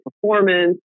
performance